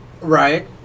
Right